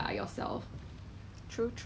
then I neglected like the